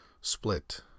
Split